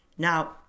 Now